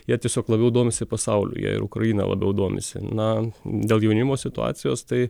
jie tiesiog labiau domisi pasaulyje ir ukrainą labiau domisi na dėl jaunimo situacijos tai